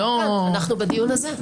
אנחנו בדיון הזה.